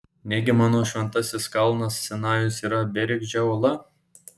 negi mano šventasis kalnas sinajus yra bergždžia uola